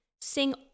sing